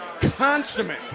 consummate